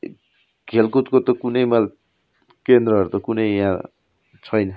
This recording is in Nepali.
खेलकुदको त कुनै केन्द्रहरू त कुनै यहाँ छैन